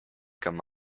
comme